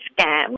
scam